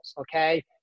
Okay